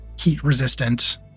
heat-resistant